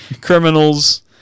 Criminals